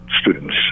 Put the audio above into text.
students